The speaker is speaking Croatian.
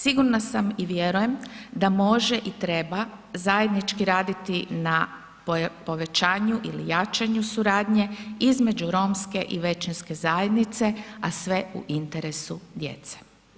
Sigurna sam i vjerujem da može i treba zajednički raditi na povećanju ili jačanju suradnje između romske i većinske zajednice, a sve u interesu djece.